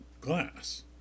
Glass